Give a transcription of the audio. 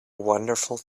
wonderful